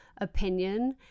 opinion